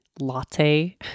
latte